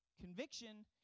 Conviction